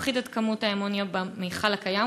להפחית את כמות האמוניה במכל הקיים,